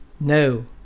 no